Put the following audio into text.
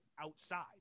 outside